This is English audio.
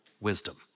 wisdom